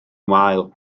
wael